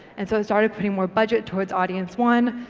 and so i started putting more budget towards audience one,